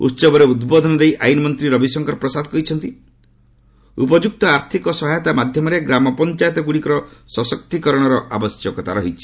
ଉସବରେ ଉଦ୍ବୋଧନ ଦେଇ ଆଇନମନ୍ତ୍ରୀ ରବିଶଙ୍କର ପ୍ରସାଦ କହିଛନ୍ତି ଉପଯ୍ୟକ୍ତ ଆର୍ଥକ ସହାୟତା ମାଧ୍ୟମରେ ଗ୍ରାମପଞ୍ଚାୟତ ଗ୍ରଡିକର ସଶକ୍ତିକରଣର ଆବଶ୍ୟକତା ରହିଛି